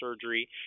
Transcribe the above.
Surgery